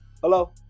Hello